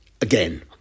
Again